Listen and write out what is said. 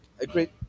Agreed